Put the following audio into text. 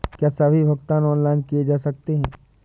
क्या सभी भुगतान ऑनलाइन किए जा सकते हैं?